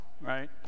right